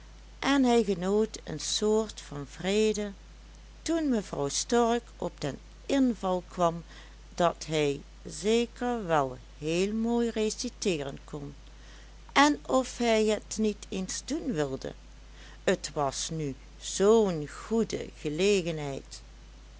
en hij genoot een soort van vrede toen mevrouw stork op den inval kwam dat hij zeker wel heel mooi reciteeren kon en of hij het niet eens doen wilde t was nu zoo'n goede gelegenheid